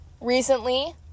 recently